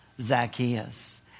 Zacchaeus